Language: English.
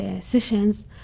sessions